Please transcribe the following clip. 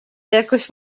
jakoś